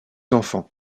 enfants